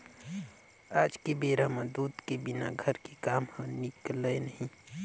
आज के बेरा म दूद के बिना घर के काम ह निकलय नइ